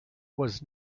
was